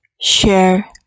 share